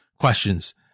questions